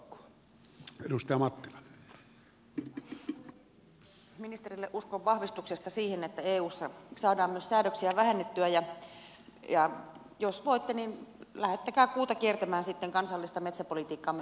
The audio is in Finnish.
kiitoksia ministerille uskon vahvistuksesta siihen että eussa saadaan myös säädöksiä vähennettyä ja jos voitte niin lähettäkää kuuta kiertämään sitten kansallista metsäpolitiikkaamme uhkaavat säädökset